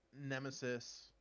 Nemesis